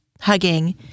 hugging